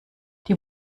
die